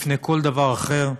לפני כל דבר אחר.